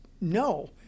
no